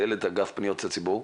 מנהלת אגף פניות הציבור.